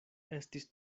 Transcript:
estis